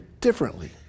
differently